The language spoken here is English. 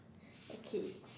okay